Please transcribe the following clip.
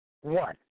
One